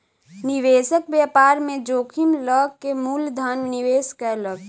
निवेशक व्यापार में जोखिम लअ के मूल धन निवेश कयलक